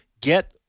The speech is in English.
get